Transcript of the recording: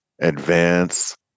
advance